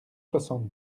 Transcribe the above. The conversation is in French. soixante